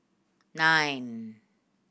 nine